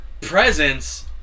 presence